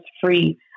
free